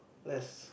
let's